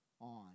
on